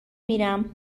میرم